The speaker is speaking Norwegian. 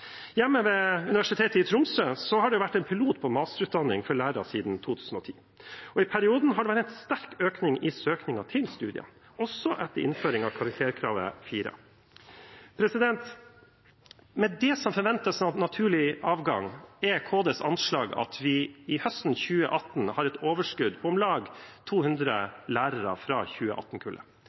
Hjemme ved Universitetet i Tromsø har det vært en pilot på masterutdanning for lærere siden 2010, og i perioden har det vært en sterk økning i søkningen til studiet, også etter innføring av krav om karakteren 4. Med det som forventes av naturlig avgang, er KDs anslag at vi høsten 2018 har et overskudd på om lag 200 lærere fra